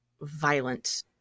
violent